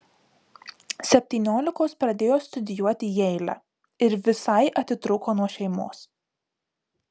septyniolikos pradėjo studijuoti jeile ir visai atitrūko nuo šeimos